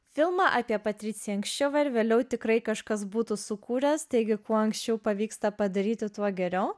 filmą apie patriciją anksčiau ar vėliau tikrai kažkas būtų sukūręs taigi kuo anksčiau pavyksta padaryti tuo geriau